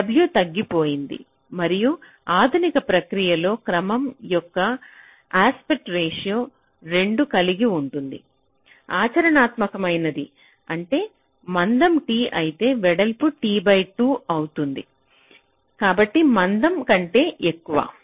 w తగ్గిపోయింది మరియు ఆధునిక ప్రక్రియలలో క్రమం యొక్క యస్పెట్ రేషియో 2 కలిగి ఉండటం ఆచరణాత్మకమైనది అంటే మందం t అయితే వెడల్పు t బై 2 ఉంటుంది కాబట్టి మందం కంటే తక్కువ